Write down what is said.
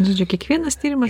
žodžiu kiekvienas tyrimas